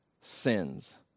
sins